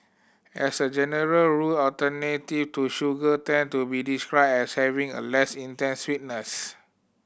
as a general rule alternative to sugar tend to be described as having a less intense sweetness